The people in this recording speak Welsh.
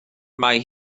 mai